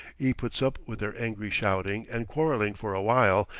e puts up with their angry shouting and quarrelling for awhile,